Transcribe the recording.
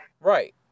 Right